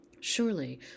surely